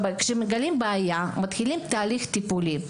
כשמגלים בעיה מתחילים תהליך טיפולי.